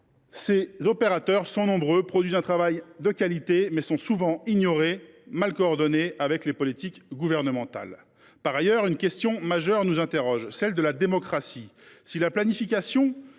ces opérateurs sont nombreux et produisent un travail de qualité, mais ils sont souvent ignorés et mal coordonnés avec les politiques gouvernementales. Par ailleurs, une question majeure nous taraude, celle de la démocratie. Si la planification